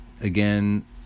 again